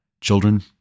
children